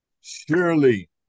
Surely